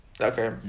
Okay